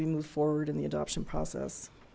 we move forward in the adoption process